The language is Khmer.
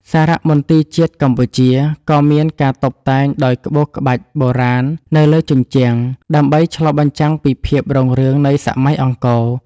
សារមន្ទីរជាតិកម្ពុជា ក៏មានការតុបតែងដោយក្បូរក្បាច់បុរាណនៅលើជញ្ជាំង ដើម្បីឆ្លុះបញ្ចាំងពីភាពរុងរឿងនៃសម័យអង្គរ។